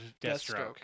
Deathstroke